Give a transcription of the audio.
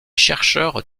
chercheurs